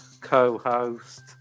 co-host